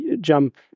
jump